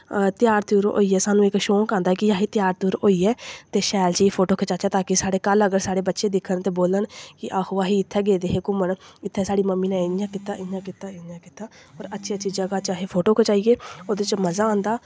त्यार त्यूर होइयै सानूं इक शौंक आंदा कि असें त्यार त्यूर होइयै ते शैल जेही फोटो खचाचै कि कल अगर साढ़े बच्चे दिक्खन ते बोलन कि आहो असीं इत्थें गेदे हे घूमन इत्थें साढ़ी मम्मी ने इयां कीता इयां कीता इयां कीता होर अच्छी अच्छी जगह् च असें फोटो खचाइयै ओह्दे च मज़ा आंदा